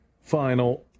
final